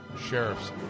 Sheriff's